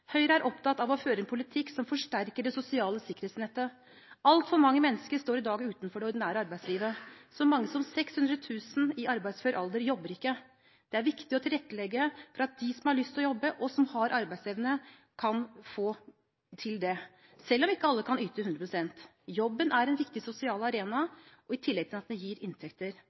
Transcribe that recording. Høyre er opptatt av å føre en politikk som forsterker det sosiale sikkerhetsnettet. Altfor mange mennesker står i dag utenfor det ordinære arbeidslivet. Så mange som 600 000 i arbeidsfør alder jobber ikke. Det er viktig å tilrettelegge for at de som har lyst til å jobbe og som har arbeidsevne, kan få til det, selv om ikke alle kan yte 100 pst. Jobben er en viktig sosial arena i tillegg til at den gir inntekter.